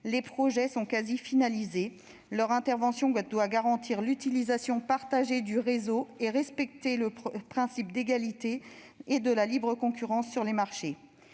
Les projets sont quasi finalisés : leur intervention doit garantir l'utilisation partagée du réseau et respecter le principe d'égalité et de libre concurrence sur les marchés.